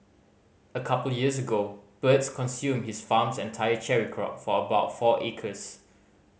a couple years ago birds consumed his farm's entire cherry crop for about four acres